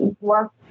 work